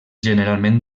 generalment